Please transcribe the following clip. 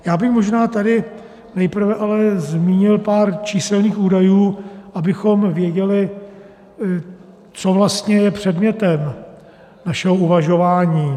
Já bych možná tady nejprve ale zmínil pár číselných údajů, abychom věděli, co vlastně je předmětem našeho uvažování.